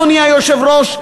אדוני היושב-ראש,